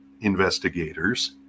investigators